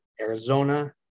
Arizona